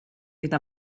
eta